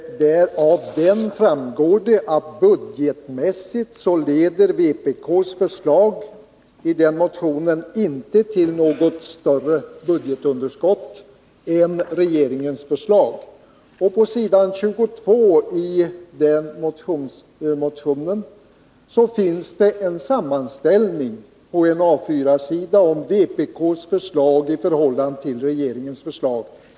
Av motionen framgår att budgetmässigt leder vpk:s förslag inte till något större budgetunderskott än regeringens förslag. På s. 22i den motionen finns det en sammanställning av vpk:s förslag i förhållande till regeringens förslag.